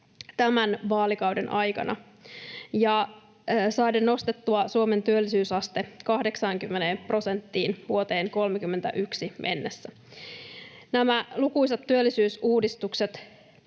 tämän vaalikauden aikana saaden nostettua Suomen työllisyysaste 80 prosenttiin vuoteen 31 mennessä. Nämä lukuisat työllisyysuudistukset,